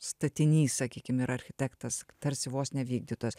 statinys sakykim ir architektas tarsi vos ne vykdytojas